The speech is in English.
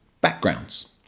backgrounds